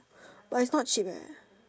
but it's not cheap eh